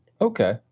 Okay